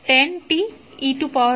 1 H છે